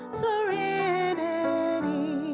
serenity